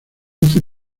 hace